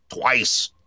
twice